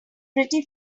pretty